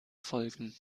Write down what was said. folgen